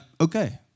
okay